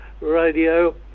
radio